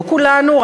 לא כולנו,